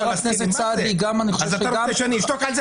אז אתה רוצה שאשתוק על זה?